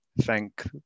thank